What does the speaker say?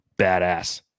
badass